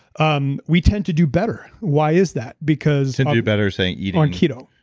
um we tend to do better. why is that? because to better saying eating? on keto.